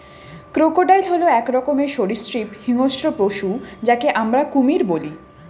crocodile হল এক রকমের সরীসৃপ হিংস্র পশু যাকে আমরা কুমির বলি